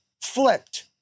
flipped